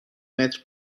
متر